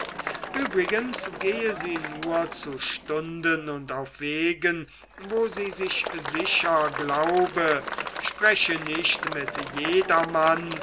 übrigens gehe sie nur zu stunden und auf wegen wo sie sich sicher glaube spreche nicht mit jedermann